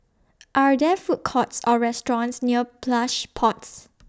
Are There Food Courts Or restaurants near Plush Pods